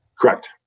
Correct